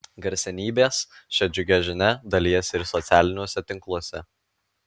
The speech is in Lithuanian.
garsenybės šia džiugia žinia dalijasi ir socialiniuose tinkluose